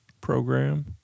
program